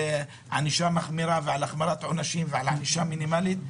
ענישה מחמירה ועל החמרת עונשים ועל ענישה מינימלית,